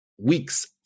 Weeks